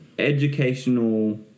educational